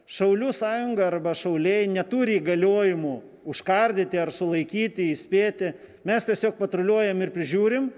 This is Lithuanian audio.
šaulių sąjunga arba šauliai neturi įgaliojimų užkardyti ar sulaikyti įspėti mes tiesiog patruliuojam ir prižiūrim